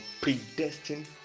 predestined